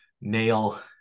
nail